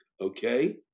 Okay